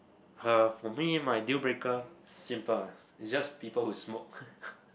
her for me my deal breaker simple is just people who smoke